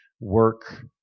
work